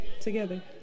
together